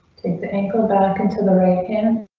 take the ankle back into the right hand.